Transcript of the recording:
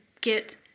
get